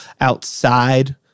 outside